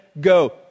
go